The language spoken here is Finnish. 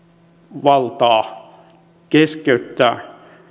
valtaa keskeyttää